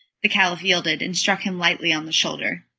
the caliph yielded, and struck him lightly on the shoulder.